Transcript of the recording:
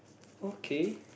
okay